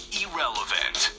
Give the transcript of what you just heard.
irrelevant